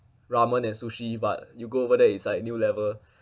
ramen and sushi but you go over there it's like new level